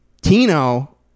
Tino